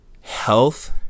health